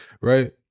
Right